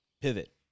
pivot